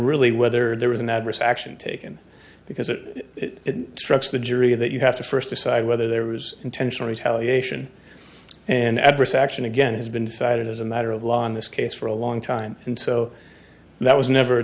really whether there was an adverse action taken because it struck the jury that you have to first decide whether there was intentional retaliation and adverse action again has been cited as a matter of law in this case for a long time and so that was never an